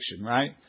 right